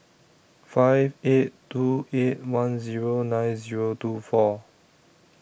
five eight two eight one Zero nine Zero two four